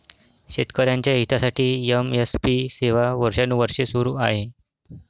शेतकऱ्यांच्या हितासाठी एम.एस.पी सेवा वर्षानुवर्षे सुरू आहे